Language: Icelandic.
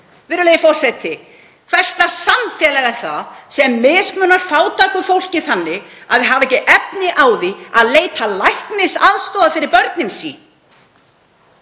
Virðulegi forseti. Hvers lags samfélag er það sem mismunar fátæku fólki þannig að það hafi ekki efni á því að leita læknisaðstoðar fyrir börnin sín?